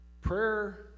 prayer